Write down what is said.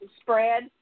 spread